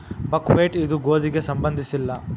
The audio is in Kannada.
ಬಕ್ಹ್ವೇಟ್ ಇದು ಗೋಧಿಗೆ ಸಂಬಂಧಿಸಿಲ್ಲ